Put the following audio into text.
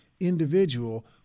individual